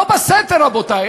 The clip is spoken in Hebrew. לא בסתר, רבותי.